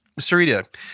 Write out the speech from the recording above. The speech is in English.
Sarita